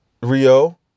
Rio